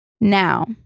now